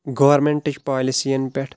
گورمیٚنٹٕچ policy ین پٮ۪ٹھ